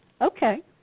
Okay